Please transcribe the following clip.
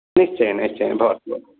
निश्चयेन निश्चयेन भवतु भवतु